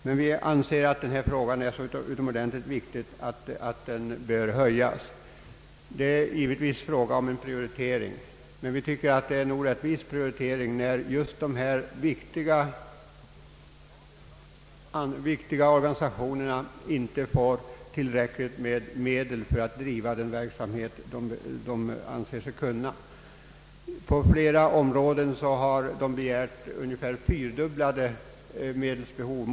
Men vi anser att denna fråga är så utomordentligt viktig att anslaget bör höjas. Det är givetvis fråga om en prioritering, men vi tycker att det är en orättvis prioritering när just dessa viktiga oganisationer inte får tillräckligt med pengar för den verksamhet de anser sig kunna bedriva. På flera områden har de anmält ungefär fyrdubblat medelsbehov.